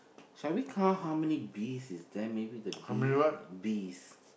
shall we count how many bees is there maybe the bees bees